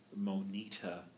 Monita